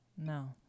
No